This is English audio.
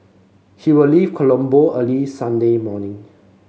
he will leave Colombo early Sunday morning